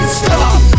stop